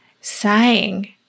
sighing